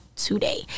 Today